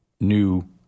new